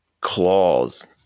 claws